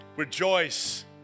rejoice